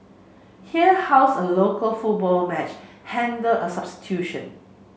here how's a local football match handled a substitution